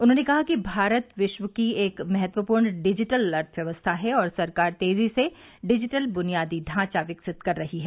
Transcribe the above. उन्होंने कहा कि भारत विश्व की एक महत्वपूर्ण डिजिटल अर्थव्यवस्था है और सरकार तेजी से डिजिटल बुनियादी ढांचा विकसित कर रही है